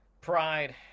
pride